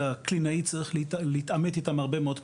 והקלינאי צריך להתעמת איתן הרבה מאוד פעמים.